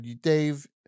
Dave